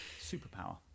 Superpower